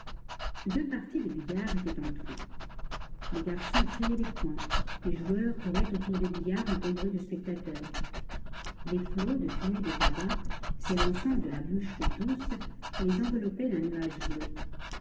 deux parties de billard étaient en train les garçons criaient les points les joueurs couraient autour des billards encombrés de spectateurs des flots de fumée de tabac s'élançant de la bouche de tous les enveloppaient d'un nuage bleu